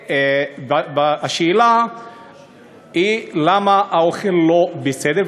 השאלה היא: למה האוכל לא בסדר?